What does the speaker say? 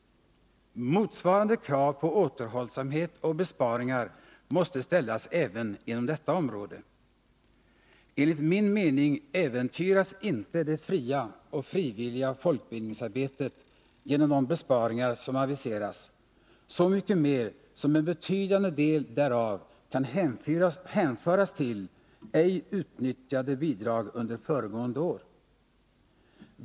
Motsvarande krav på återhållsamhet och besparingar måste ställas även inom detta område. Enligt min mening äventyras inte det fria och frivilliga folkbildningsarbetet genom de besparingar som aviseras, så mycket mindre som en betydande del därav kan hänföras till ej utnyttjade bidrag under föregående år.